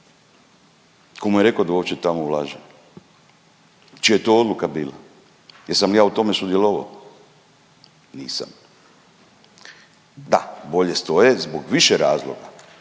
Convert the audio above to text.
ko mu je rekao da uopće tamo ulaže, čija je to odluka bila, jesam li ja u tome sudjelovao? Nisam. Da, bolje stoje zbog više razloga,